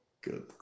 Good